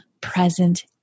present